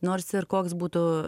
nors ir koks būtų